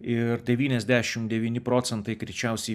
ir devyniasdešim devyni procentai greičiausiai